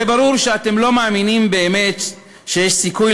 הרי ברור שאתם לא מאמינים באמת שיש סיכוי